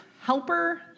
helper